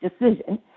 decision